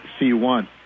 C1